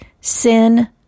sin